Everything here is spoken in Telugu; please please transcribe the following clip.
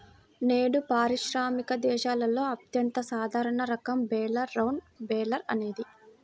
నేడు పారిశ్రామిక దేశాలలో అత్యంత సాధారణ రకం బేలర్ రౌండ్ బేలర్ అనేది